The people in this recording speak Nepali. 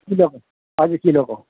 किलोको हजुर किलोको